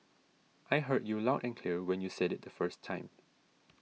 I heard you loud and clear when you said it the first time